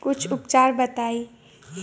कुछ उपचार बताई?